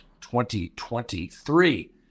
2023